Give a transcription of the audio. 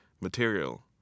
material